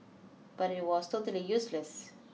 but it was totally useless